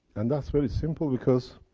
and that's very simple, because,